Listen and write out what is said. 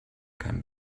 kein